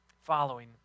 following